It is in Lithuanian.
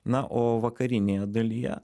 na o vakarinėje dalyje